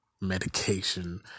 medication